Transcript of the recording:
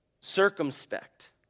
circumspect